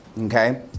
okay